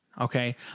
Okay